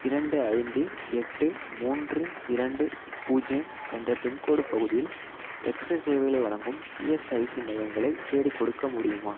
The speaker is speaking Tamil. இரண்டு ஐந்து எட்டு மூன்று இரண்டு பூஜ்ஜியம் என்ற பின்கோடு பகுதியில் எக்சஸ் சேவைகளை வழங்கும் இஎஸ்ஐசி மையங்களை தேடிக்கொடுக்க முடியுமா